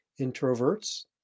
introverts